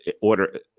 order